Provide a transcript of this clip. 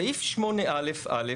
סעיף 8 א' א'